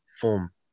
form